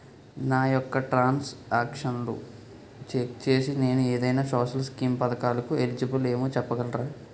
నా యెక్క ట్రాన్స్ ఆక్షన్లను చెక్ చేసి నేను ఏదైనా సోషల్ స్కీం పథకాలు కు ఎలిజిబుల్ ఏమో చెప్పగలరా?